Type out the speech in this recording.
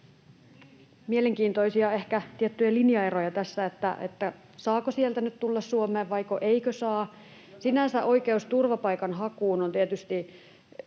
mielenkiintoisia eroja, ehkä tiettyjä linjaeroja, saako sieltä nyt tulla Suomeen vai eikö saa. Sinänsä oikeus turvapaikanhakuun on tietysti